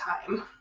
time